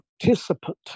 participant